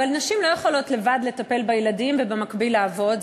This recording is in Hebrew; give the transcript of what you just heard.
אבל נשים לא יכולות לטפל בילדים לבד ובמקביל לעבוד,